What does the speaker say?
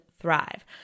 thrive